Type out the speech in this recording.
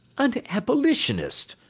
an abolitionist!